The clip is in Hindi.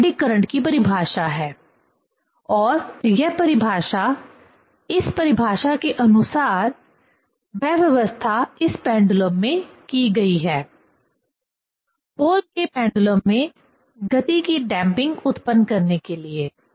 तो यह एडी करंट की परिभाषा है और यह परिभाषा इस परिभाषा के अनुसार वह व्यवस्था इस पेंडुलम में की गई है पोहल के पेंडुलम Pohl's pendulum में गति की डैंपिंग उत्पन्न करने के लिए